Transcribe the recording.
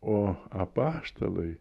o apaštalai